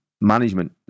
management